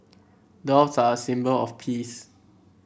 doves are a symbol of peace